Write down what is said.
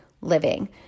living